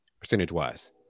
percentage-wise